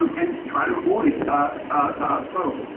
um and try to avoid folks.